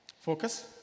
focus